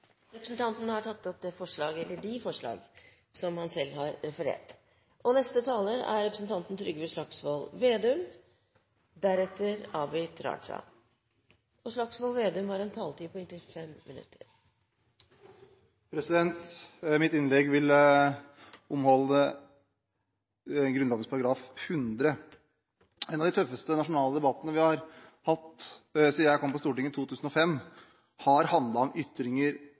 Representanten Hans Fredrik Grøvan har tatt opp de forslagene som han har referert til. Mitt innlegg vil omhandle Grunnloven § 100. En av de tøffeste nasjonale debattene vi har hatt siden jeg kom på Stortinget, i 2005, har handlet om ytringer om religion. Noen tegninger som mange av